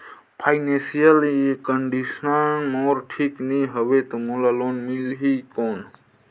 Financial condition मोर ठीक नी हवे तो मोला लोन मिल ही कौन??